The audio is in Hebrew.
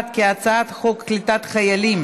הצעת חוק קליטת חיילים